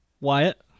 Wyatt